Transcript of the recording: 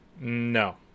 No